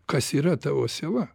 kas yra tavo siela